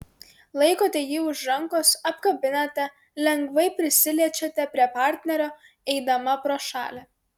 laikote jį už rankos apkabinate lengvai prisiliečiate prie partnerio eidama pro šalį